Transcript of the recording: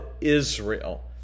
Israel